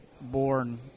born